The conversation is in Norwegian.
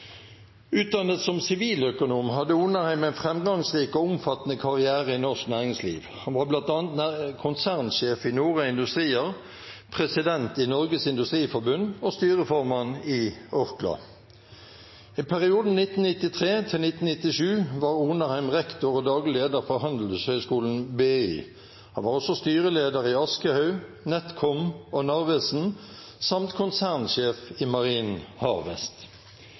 Utdannet som siviløkonom hadde Onarheim en framgangsrik og omfattende karriere i norsk næringsliv. Han var bl.a. konsernsjef i Nora Industrier, president i Norges Industriforbund og styreformann i Orkla. I perioden 1993–1997 var Onarheim rektor og daglig leder for Handelshøyskolen BI. Han var også styreleder i Aschehoug, Netcom og Narvesen samt konsernsjef i Marine Harvest.